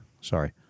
Sorry